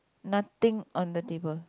nothing on the table